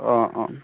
অঁ অঁ